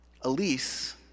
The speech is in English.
Elise